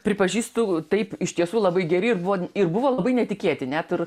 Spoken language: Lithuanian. pripažįstu taip iš tiesų labai geri ir buvo ir buvo labai netikėti net ir